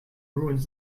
ruins